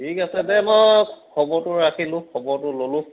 ঠিক আছে দে মই খবৰটো ৰাখিলোঁ খবৰটো ল'লোঁ